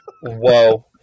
whoa